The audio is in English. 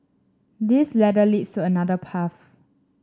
this ladder leads to another path